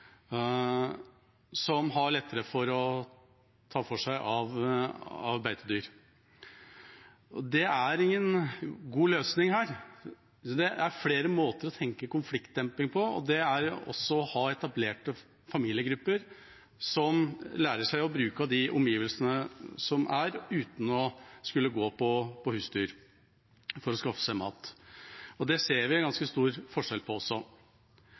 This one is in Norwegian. som har lettere for å ta for seg av beitedyr. Det er ingen god løsning her. Det er flere måter å tenke konfliktdemping på, og det er også å ha etablerte familiegrupper som lærer seg å bruke av de omgivelsene som er, uten å skulle gå på husdyr for å skaffe seg mat. Og det ser vi en ganske stor forskjell på også.